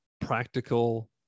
practical